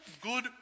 good